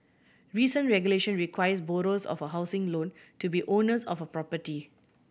recent regulation requires borrowers of a housing loan to be owners of a property